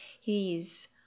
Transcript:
he's-